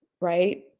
Right